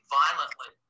violently